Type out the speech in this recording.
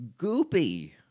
goopy